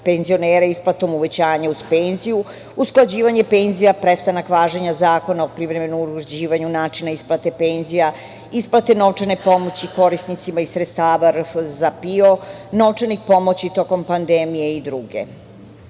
penzionera isplatom, uvećanje uz penziju, usklađivanje penzija, prestanak važenja Zakona o privremenom uređivanju načina isplate penzija, isplate novčane pomoći korisnicima iz sredstava RFZO za PIO, novčanih pomoći tokom pandemije i druge. Jedan,